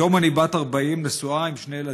היום אני בת 40, נשואה עם שני ילדים.